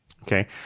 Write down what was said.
okay